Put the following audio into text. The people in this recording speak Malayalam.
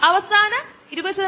അത് വികസിപ്പിച്ചെടുത്തു